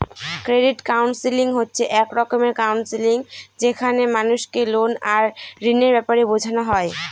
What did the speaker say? credit counselling হচ্ছে এক রকমের কাউন্সেলিং যেখানে মানুষকে লোন আর ঋণের ব্যাপারে বোঝানো হয়